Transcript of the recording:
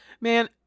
Man